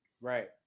right